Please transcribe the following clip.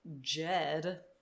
Jed